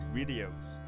videos